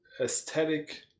aesthetic